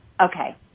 Okay